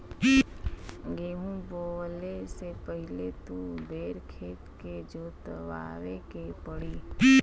गेंहू बोवले से पहिले दू बेर खेत के जोतवाए के पड़ी